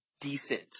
decent